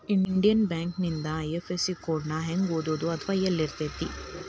Indian ಬ್ಯಾಂಕಿಂದ IFSC code ನ ಹೆಂಗ ಓದೋದು ಅಥವಾ ಯೆಲ್ಲಿರ್ತೆತಿ?